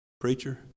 preacher